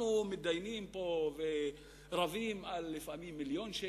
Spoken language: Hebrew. אנחנו מתדיינים פה ולפעמים רבים על מיליון שקל,